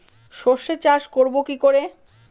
সর্ষে চাষ করব কি করে?